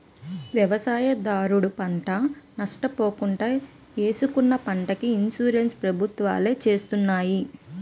వ్యవసాయదారుడు పంట నష్ట పోకుండా ఏసుకున్న పంటకి ఇన్సూరెన్స్ ప్రభుత్వాలే చేస్తున్నాయి